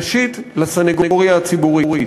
ראשית, לסנגוריה הציבורית: